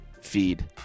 feed